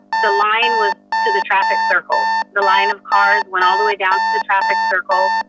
the line was to the traffic circle. the line of cars went all the way down to the traffic circle.